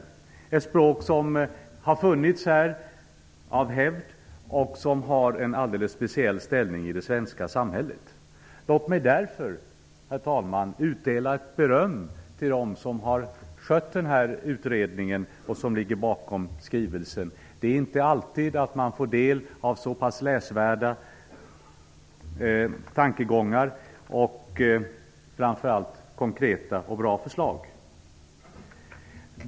Det är ett språk som har funnits här av hävd och som har en alldeles speciell ställning i det svenska samhället. Låt mig därför, herr talman, utdela beröm till dem som har skött utredningen och som ligger bakom skrivelsen. Det är inte alltid man får del av så pass läsvärda tankegångar och framför allt konkreta och bra förslag.